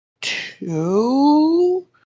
two